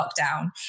lockdown